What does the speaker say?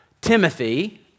Timothy